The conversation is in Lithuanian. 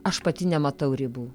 aš pati nematau ribų